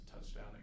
touchdown